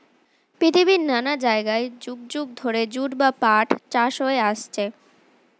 পৃথিবীর নানা জায়গায় যুগ যুগ ধরে জুট বা পাট চাষ হয়ে আসছে